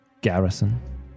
Garrison